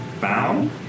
Found